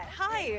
hi